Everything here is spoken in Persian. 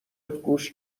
گوش